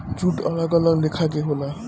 jute अलग अलग लेखा के होला